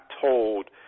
told